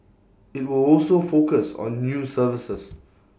IT will also focus on new services